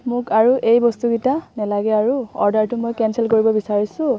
মোক আৰু এই বস্তুকেইটা নেলাগে আৰু অৰ্ডাৰটো মই কেনচেল কৰিব বিচাৰিছোঁ